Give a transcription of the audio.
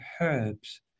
herbs